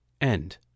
End